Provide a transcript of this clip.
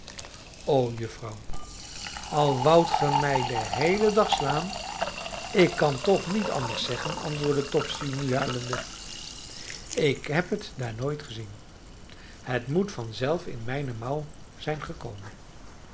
o juffrouw al woudt ge mij den heelen dag slaan ik kan toch niet anders zeggen antwoordde topsy nu huilende ik heb het daar nooit gezien het moet vanzelf in mijne mouw zijn gekomen